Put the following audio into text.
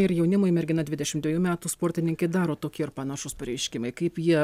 ir jaunimui mergina dvidešim dvejų metų sportininkė daro tokie ir panašūs pareiškimai kaip jie